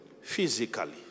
physically